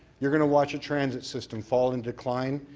you're going to watch a transit system fall and decline,